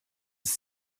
ist